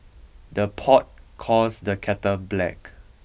the pot calls the kettle black